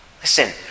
Listen